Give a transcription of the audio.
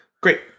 Great